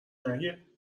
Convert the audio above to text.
نگه